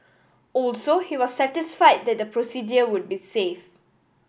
also he was satisfied that the procedure would be safe